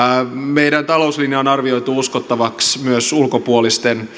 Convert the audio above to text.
meidän talouslinja on arvioitu uskottavaksi myös ulkopuolisten